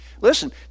Listen